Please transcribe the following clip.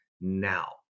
now